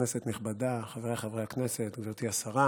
כנסת נכבדה, חבריי חברי הכנסת, גברתי השרה